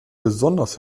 besonders